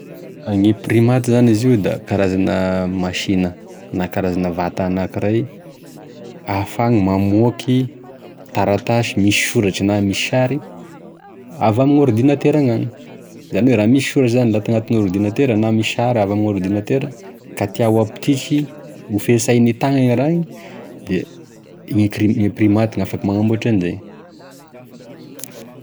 Gn'imprimante zany izy io da karazana masinina na karazana vata anakiray ahafagny mamoaky taratasy misy soratry na misy sary avy ame gn'oridinatera gnagny, izany hoe raha soratry zany laha tagnatin'oridinatera na misy sary avy amin'oridinatera ka tia ho ampititry hofesainetagna igny raha igny da gnimpri- gn'impirmanty gn'afaky manamboatry enizay.